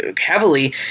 heavily